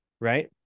right